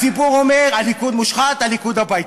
הציבור אומר: הליכוד מושחת, הליכוד הביתה.